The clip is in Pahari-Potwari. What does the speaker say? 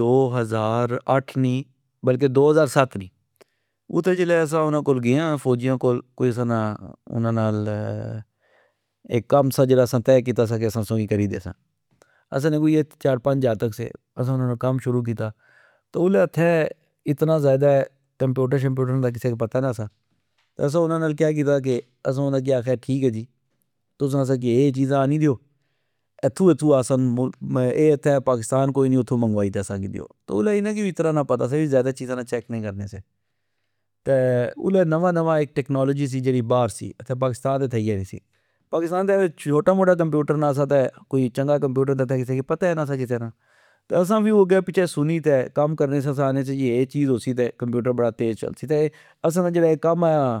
دو ہزار اٹھ نی بلکے دو ہزار ست نی ۔اتھہ جلہ اسا انا کول گئے آ فوجیا کول کوئی اسا نا انا نال اک کم سا اسا تہ کیتا سا کہ اسا تسا کری دیسا۔ اسا نے کوئی اییہ چار پنج جاکت سے اسا انا نا کم شروع کیتا ،الہ اتھے اتنا ذئدہ کمپیوٹر شوٹر نا کسہ پتا نہ سا۔ اسا انا نال کہ کیتا کہ اسا انا آکھیا ٹھیک اہ جی تسا اسا اے اے چیزا آنی دیو اتھو اتھو اے پاکستا ن کونی اتھو اسا کی منگائی تہ دیو ،اسلہ انا کی اتنا پتا نا سا اے وی ذئدہ چیزا چیک نی کرنے سے ۔تہ الہ نوا نوا ٹیکنالوجی سی جیڑی بار سی ،اتھہ پاکستان تہ تھئی اہہ نی سی ۔پاکستان تہ چھوٹا موٹا کمپیوٹر نا سا تہ کوئی چنگا کمپوٹر تہ اتھہ پتا نا سا کسہ نا ۔تہ اسا وی اگہ پچھہ سنی تہ کم کرنے سیا ۔اسا آکھنے سیا اے اے چیز ہوسی تہ کمپیوٹر تیز چلسی تہ اسا نا جیڑا اے کم نا